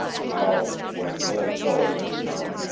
how, when little phyllis had come,